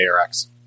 ARX